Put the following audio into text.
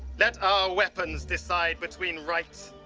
let our weapons decide between right